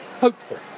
hopeful